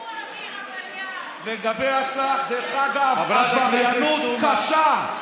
ידוע מי מגן על עבריינים, דרך אגב, עבריינות קשה.